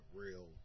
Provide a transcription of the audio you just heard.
real